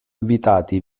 invitati